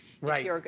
Right